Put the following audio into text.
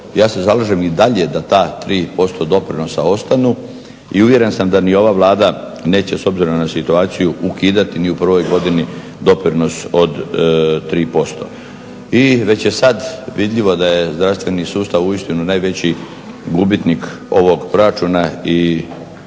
Ja se zalažem i dalje da ta 3% doprinosa ostanu. I uvjeren sam da ni ova Vlada neće s obzirom na situaciju ukidati ni u prvoj godini doprinos od 3%. I već je sada vidljivo da je zdravstveni sustav uistinu najveći gubitnik ovog proračuna i vidjet